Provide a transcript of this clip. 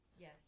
Yes